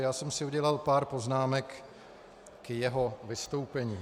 Já jsem si udělal pár poznámek k jeho vystoupení.